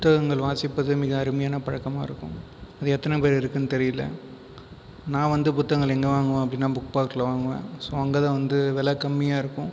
புத்தகங்கள் வாசிப்பது மிக அருமையான பழக்கமாக இருக்கும் அது எத்தனை பேருக்கு இருக்குதுன்னு தெரியலை நான் வந்து புத்தகங்கள் எங்கே வாங்குவேன் அப்படினால் புக் பார்க்கில் வாங்குவேன் ஸோ அங்கேதான் வந்து விலை கம்மியாக இருக்கும்